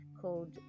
called